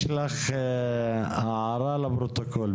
יש לך הערה לפרוטוקול.